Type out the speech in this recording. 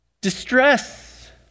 Distress